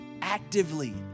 actively